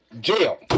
Jail